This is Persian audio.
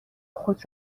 خود